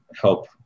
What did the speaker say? help